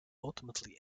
ultimately